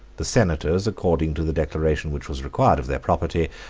the senators, according to the declaration which was required of their property,